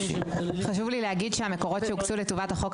חשוב לי להגיד שהמקורות שהוקצו לעניין הזה